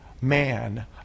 man